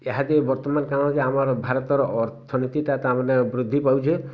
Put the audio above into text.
ଏହା ଦେଇ ବର୍ତ୍ତମାନ କାଣା ହେଉଛି ଆମର ଭାରତର ଅର୍ଥନୀତିଟା ତା'ମାନେ ବୃଦ୍ଧି ପାଉଛି